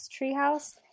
treehouse